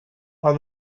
are